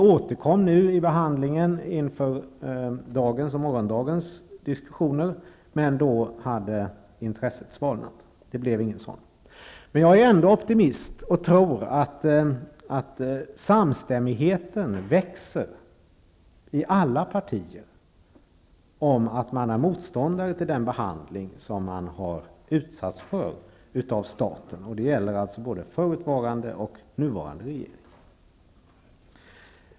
Vi återkom till frågan i samband med behandlingen inför dagens och morgondagens diskussioner. Men då hade intresset svalnat. Det blev inget av det hela. Jag är ändå optimist. Jag tror att samstämmigheten växer i alla partier om att man motsätter sig den behandling som man blivit utsatt för från statens sida. Det gäller alltså både den förutvarande och den nuvarande regeringen.